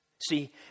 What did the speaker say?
See